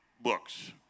books